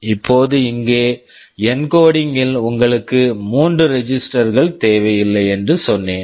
இப்போது இங்கே encoding encoding ல் உங்களுக்கு மூன்று ரெஜிஸ்டர்ஸ் registers கள் தேவையில்லை என்று சொன்னேன்